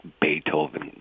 Beethoven